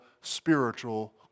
spiritual